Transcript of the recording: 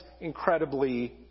incredibly